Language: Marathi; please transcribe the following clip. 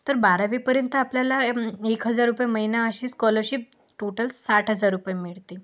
तर बारावीपर्यंत आपल्याला एक हजार रुपये महिना अशी स्कॉलरशिप टोटल साठ हजार रुपये मिळते